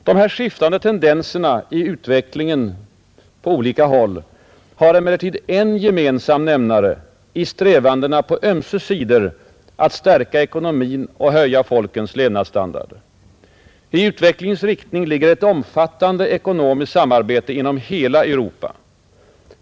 Dessa skiftande tendenser i utvecklingen på olika håll har emellertid en gemensam nämnare i strävandena på ömse sidor att stärka ekonomin och höja folkens levnadsstandard. I utvecklingens riktning ligger ett omfattande ekonomiskt samarbete inom hela Europa.